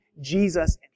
Jesus